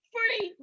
Free